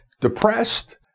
depressed